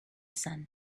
sun